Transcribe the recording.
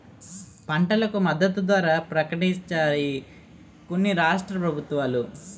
పంటలకు మద్దతు ధర ప్రకటించాయి కొన్ని రాష్ట్ర ప్రభుత్వాలు